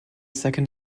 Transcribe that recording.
second